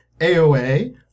AOA